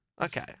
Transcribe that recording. Okay